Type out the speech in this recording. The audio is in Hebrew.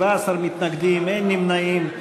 17 מתנגדים, אין נמנעים.